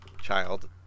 Child